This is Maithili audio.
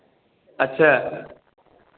अच्छा